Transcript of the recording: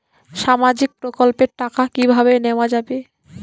সামাজিক প্রকল্পের টাকা কিভাবে নেওয়া যাবে?